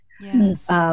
Yes